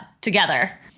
together